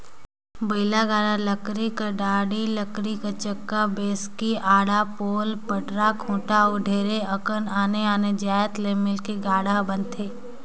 बइला गाड़ा लकरी कर डाड़ी, लकरी कर चक्का, बैसकी, आड़ा, पोल, पटरा, खूटा अउ ढेरे अकन आने आने जाएत ले मिलके गाड़ा हर बनथे